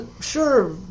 sure